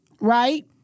right